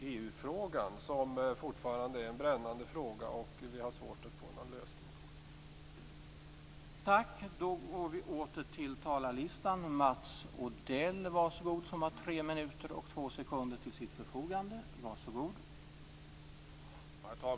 EU-frågan är fortfarande en brännande fråga, och vi har svårt att få en lösning på den.